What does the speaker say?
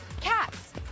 cats